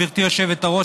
גברתי היושבת-ראש,